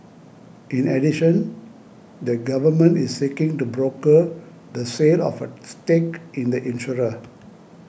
in addition the government is seeking to broker the sale of a stake in the insurer